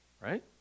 right